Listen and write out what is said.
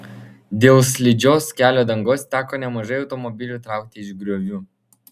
dėl slidžios kelio dangos teko nemažai automobilių traukti iš griovių